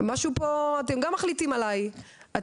אתם גם מחליטים עליי,